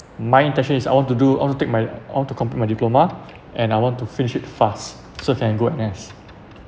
my intention is I want to do I'll take my I want to complete my diploma and I want to finish it fast so can I go N_S